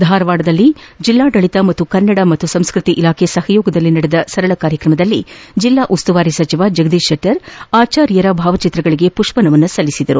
ಧಾರವಾಡದಲ್ಲಿ ಜಿಲ್ಲಾಡಳಿತ ಹಾಗೂ ಕನ್ನಡ ಮತ್ತು ಸಂಸ್ಕತಿ ಇಲಾಖೆ ಸಹಯೋಗದಲ್ಲಿ ನಡೆದ ಸರಳ ಕಾರ್ಯಕ್ರಮದಲ್ಲಿ ಜಿಲ್ಲಾ ಉಸ್ತುವಾರಿ ಸಚಿವ ಜಗದೀಶ್ ಶೆಟ್ಟರ್ ಆಚಾರ್ಯರ ಭಾವ ಚಿತ್ರಗಳಿಗೆ ಮಷ್ವ ನಮನ ಸಲ್ಲಿಸಿದರು